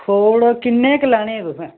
खोड़ किन्ने क लैने ए तुसें